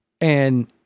And-